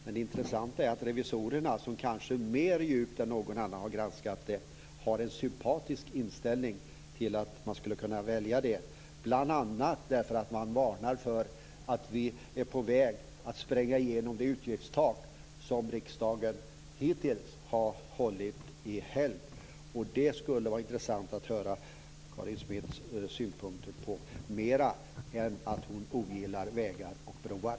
Det intressanta är att revisorerna, som har granskat detta djupare än någon annan, har en sympatisk inställning till att välja PPP lösningar, bl.a. därför att man varnar för att vi är på väg att spränga det utgiftstak som riksdagen hittills har hållit i helgd. Det skulle vara intressant att höra Karin Svensson Smiths synpunkter här - mer än att hon ogillar vägar och broar.